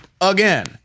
again